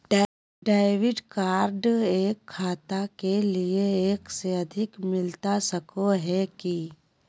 Debit card एक खाता के लिए एक से अधिक मिलता सको है की?